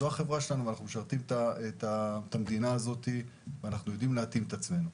אנחנו משרתים את המדינה ויודעים להתאים את עצמנו.